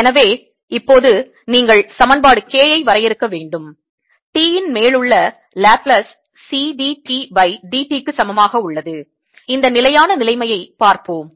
எனவே இப்போது நீங்கள் சமன்பாடு K ஐ வரையறுக்க வேண்டும் T இன் மேலுள்ள Laplace C d T by d t க்கு சமமாக உள்ளது இந்த நிலையான நிலைமையை பார்ப்போம்